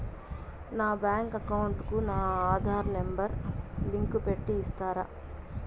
నా bank account కు నా ఆధార్ నెంబర్ లింకు పెట్టి ఇస్తారా?